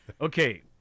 Okay